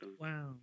wow